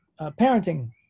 parenting